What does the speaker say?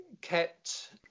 kept